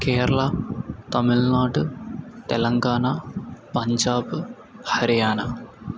Kerala Tamil Nadu Telangana Punjab Haryana